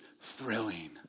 thrilling